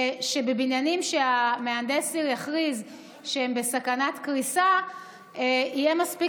שבבניינים שהמהנדס יכריז שהם בסכנת קריסה יהיה מספיק